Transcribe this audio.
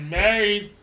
married